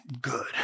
good